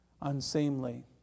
Unseemly